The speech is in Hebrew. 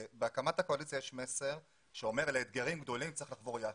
בהקמת הקואליציה יש מסר שאומר שלאתגרים גדולים צריך לחבור יחד.